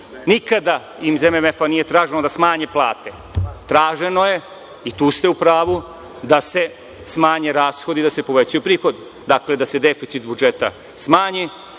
nikada im iz MMF-a nije traženo da smanje plate. Traženo je, i tu ste u pravu, da se smanje rashodi, da se povećaju prihodi. Dakle, da se deficit budžeta smanji,